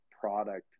product